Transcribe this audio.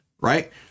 right